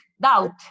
doubt